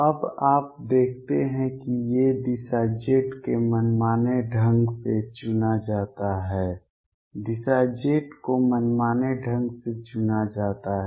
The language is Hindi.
अब आप देखते हैं कि ये दिशा z को मनमाने ढंग से चुना जाता है दिशा z को मनमाने ढंग से चुना जाता है